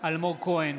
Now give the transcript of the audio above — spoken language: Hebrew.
אלמוג כהן,